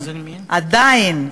עדיין,